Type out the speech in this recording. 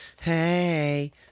hey